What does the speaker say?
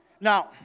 Now